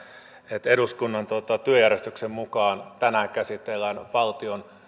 että eduskunnan työjärjestyksen mukaan tänään käsitellään valtion